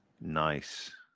Nice